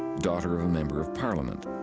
daughter of a member of parliament.